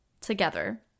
together